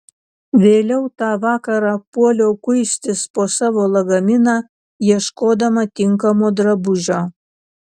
vėliau tą vakarą puoliau kuistis po savo lagaminą ieškodama tinkamo drabužio